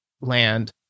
land